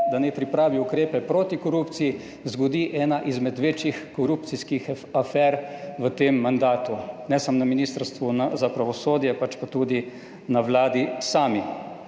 da naj pripravi ukrepe proti korupciji, zgodi ena izmed večjih korupcijskih afer v tem mandatu. Ne samo na Ministrstvu za pravosodje, pač pa tudi na Vladi sami.